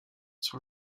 sur